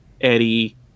Eddie